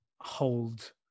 hold